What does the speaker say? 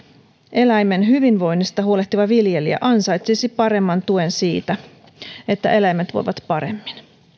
eläimen hyvinvoinnista huolehtiva viljelijä ansaitsisi paremman tuen siitä että eläimet voivat paremmin